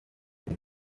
film